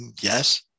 Yes